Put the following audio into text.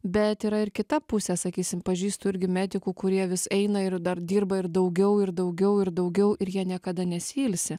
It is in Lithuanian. bet yra ir kita pusė sakysim pažįstu irgi medikų kurie vis eina ir dar dirba ir daugiau ir daugiau ir daugiau ir jie niekada nesiilsi